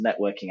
networking